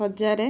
ହଜାରେ